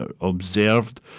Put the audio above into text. observed